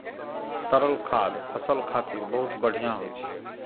तरल खाद फसल खातिर बहुत बढ़िया होइ छै